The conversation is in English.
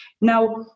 Now